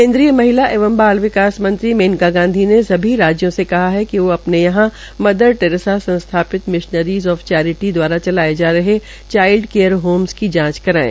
केन्द्रीय महिला एवं बाल विकास मंत्री मेनका गांधी ने सभी राज्यों से कहा है कि वो अपने यहां मदर टेरेसा संस्थापित मिशनरीज़ ऑफ चैरिटी द्वारा चलाए जा रहे चाईल्ड केयर होमस की जांच करायें